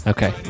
Okay